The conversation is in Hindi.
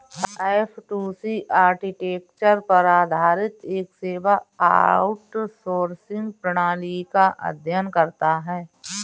ऍफ़टूसी आर्किटेक्चर पर आधारित एक सेवा आउटसोर्सिंग प्रणाली का अध्ययन करता है